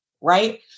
right